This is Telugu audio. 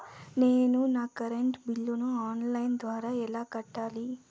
నేను నా కరెంటు బిల్లును ఆన్ లైను ద్వారా ఎలా కట్టాలి?